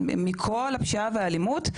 מכל הפשיעה והאלימות,